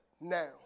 now